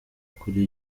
kuri